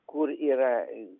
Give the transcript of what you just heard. kur yra